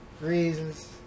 Reasons